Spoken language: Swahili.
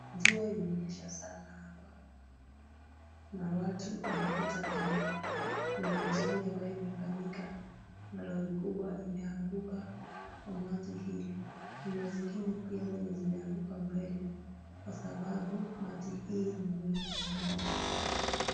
Mvua imenyesha sana hapa na watu wanapita kando. Kuna ajali ambayo imefanyika na lori kubwa imeanguka kwa maji hilo. Kuna zingine pia zenye zimeanguka mbele kwa sababu maji hii ni mingi sana.